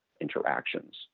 interactions